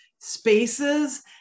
spaces